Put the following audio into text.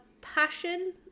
passion